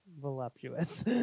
voluptuous